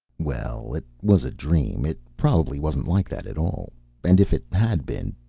well, it was a dream. it probably wasn't like that at all and if it had been,